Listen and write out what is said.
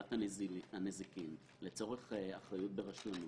פקודת הנזיקין לצורך אחריות ברשלנות.